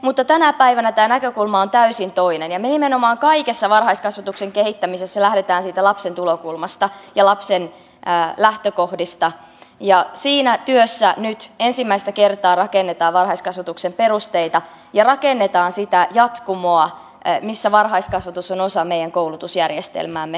mutta tänä päivänä tämä näkökulma on täysin toinen ja me nimenomaan kaikessa varhaiskasvatuksen kehittämisessä lähdemme siitä lapsen tulokulmasta ja lapsen lähtökohdista ja siinä työssä nyt ensimmäistä kertaa rakennetaan varhaiskasvatuksen perusteita ja sitä jatkumoa missä varhaiskasvatus on osa meidän koulutusjärjestelmäämme